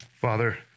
Father